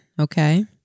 Okay